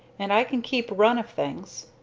and i can keep run of things.